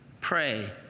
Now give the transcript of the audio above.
pray